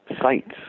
Sites